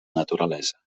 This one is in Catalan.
naturalesa